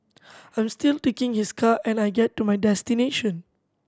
I'm still taking his car and I get to my destination